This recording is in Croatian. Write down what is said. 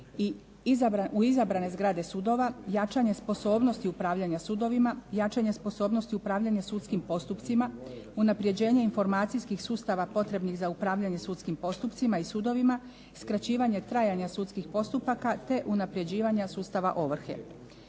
u izabrane zgrade sudova, jačanje sposobnosti upravljanja sudovima, jačanje sposobnosti upravljanja sudskim postupcima, unapređenje informacijskih sustava potrebnih za upravljanje sudskim postupcima i sudovima, skraćivanje trajanja sudskih postupaka, te unapređivanja sustava ovrhe.